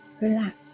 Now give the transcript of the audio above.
relax